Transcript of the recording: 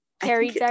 Carrie